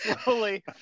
slowly